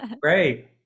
Great